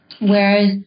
whereas